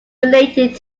related